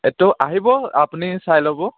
এইটো আহিব আপুনি চাই ল'ব